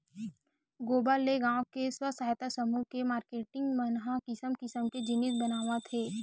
गोबर ले गाँव के स्व सहायता समूह के मारकेटिंग मन ह किसम किसम के जिनिस बनावत हे